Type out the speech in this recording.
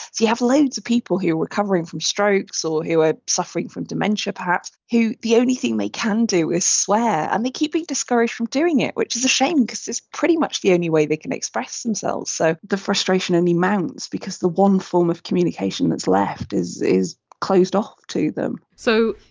you have loads of people who are recovering from strokes or are suffering from dementia perhaps, who, the only thing they can do is swear and they keep being discouraged from doing it, which is a shame because it's pretty much the only way they can express themselves, themselves, so the frustration only mounts, because the one form of communication that's left is is closed off to them so,